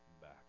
back